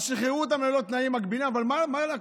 אז שחררו אותם ללא תנאים מגבילים, אבל מה לקחו?